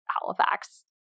Halifax